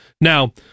Now